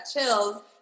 chills